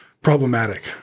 problematic